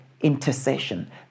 intercession